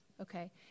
okay